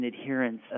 adherence